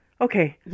okay